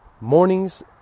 Mornings